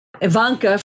Ivanka